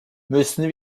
müssen